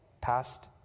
past